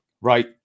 Right